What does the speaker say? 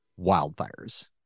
wildfires